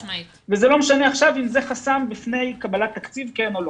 וזה לא משנה עכשיו אם זה חסם בפני קבלת תקציב כן או לא.